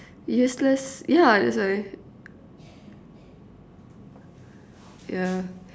useless ya that's why ya